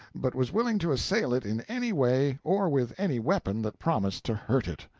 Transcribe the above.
but was willing to assail it in any way or with any weapon that promised to hurt it.